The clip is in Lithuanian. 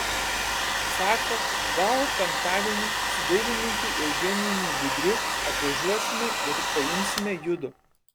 sako gal penktadienį su dailininku eugenijumi budriu atvažiuosime ir paimsime judu